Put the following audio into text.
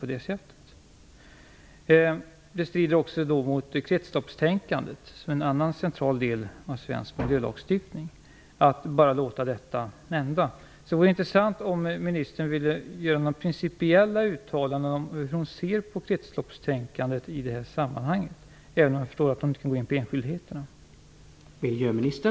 Vidare strider detta mot kretsloppstänkandet, som är en annan central del av svensk miljölagstiftning. Det vore därför intressant att få höra principiella uttalanden från miljöministern om hur hon ser på kretsloppstänkandet i det här sammanhanget. Jag förstår dock att miljöministern inte kan gå in på enskildheter.